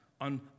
on